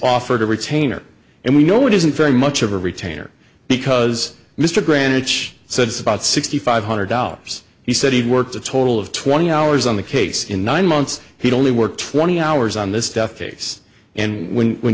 offered a retainer and we know it isn't very much of a retainer because mr granite church says about sixty five hundred dollars he said he'd worked a total of twenty hours on the case in nine months he'd only work twenty hours on this stuff face and when when